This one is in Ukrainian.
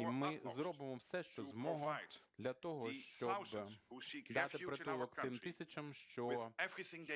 і ми зробимо все, що зможемо для того, щоб дати притулок тим тисячам, що